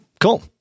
Cool